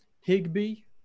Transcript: Higby